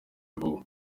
vuba